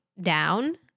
down